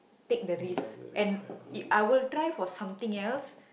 take the risk and it I will try for something else